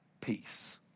peace